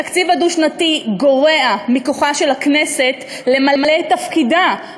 התקציב הדו-שנתי גורע מכוחה של הכנסת למלא את תפקידה,